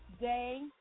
day